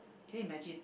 can you imagine